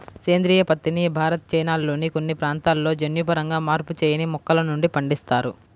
సేంద్రీయ పత్తిని భారత్, చైనాల్లోని కొన్ని ప్రాంతాలలో జన్యుపరంగా మార్పు చేయని మొక్కల నుండి పండిస్తారు